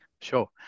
Sure